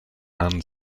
and